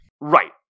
Right